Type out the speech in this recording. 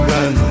Run